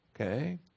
Okay